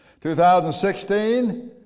2016